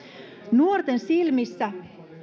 nuorten silmissä